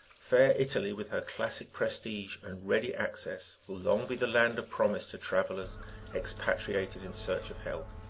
fair italy, with her classic prestige and ready access, will long be the land of promise to travelers expatriated in search of health.